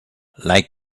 like